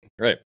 Right